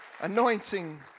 anointing